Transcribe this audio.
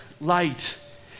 light